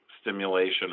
stimulation